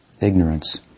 ignorance